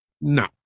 no